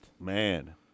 Man